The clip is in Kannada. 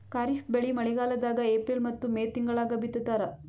ಖಾರಿಫ್ ಬೆಳಿ ಮಳಿಗಾಲದಾಗ ಏಪ್ರಿಲ್ ಮತ್ತು ಮೇ ತಿಂಗಳಾಗ ಬಿತ್ತತಾರ